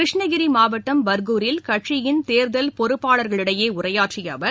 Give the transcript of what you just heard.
கிருஷ்ணகிரி மாவட்டம் பர்கூரில் கட்சியின் தேர்தல் பொறுப்பாளர்களிடையே உரையாற்றிய அவர்